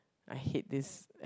I hate this